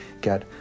get